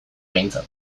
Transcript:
behintzat